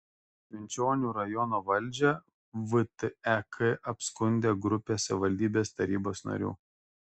švenčionių rajono valdžią vtek apskundė grupė savivaldybės tarybos narių